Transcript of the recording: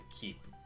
keep